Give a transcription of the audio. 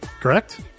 correct